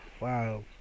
Wow